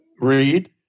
read